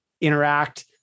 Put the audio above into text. interact